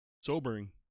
sobering